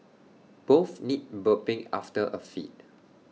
both need burping after A feed